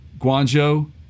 Guangzhou